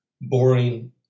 boring